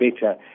better